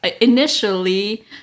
initially